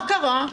מה קרה?